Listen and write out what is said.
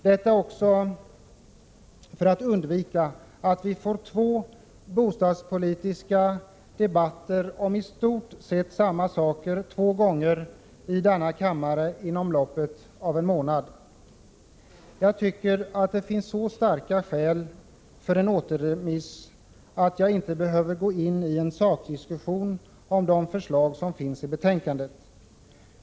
Det gör också att vi undviker att få två bostadspolitiska debatter om i stort sett samma saker i denna kammare inom loppet av en månad. Jag tycker att det finns så starka skäl för en återremiss, att jag inte behöver gå in i en sakdiskussion om de förslag som finns i betänkandet.